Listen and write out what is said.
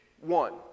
one